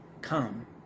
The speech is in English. Come